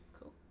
cool